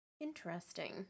Interesting